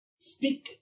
Speak